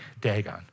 Dagon